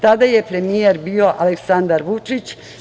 Tada je premijer bio Aleksandar Vučić.